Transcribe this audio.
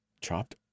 Chopped